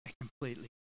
completely